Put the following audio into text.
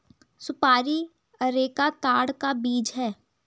सुपारी अरेका ताड़ का बीज है